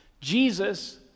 jesus